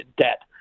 debt